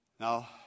Now